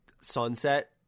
Sunset